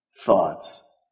thoughts